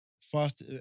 fast